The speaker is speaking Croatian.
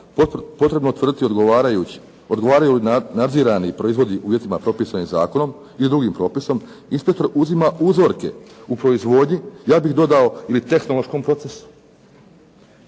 odgovarajući, odgovaraju nadzirani proizvodi uvjetima propisani zakonom i drugim propisom, inspektor uzima uzorke u proizvodnji, ja bih dodao ili tehnološkom procesu